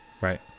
Right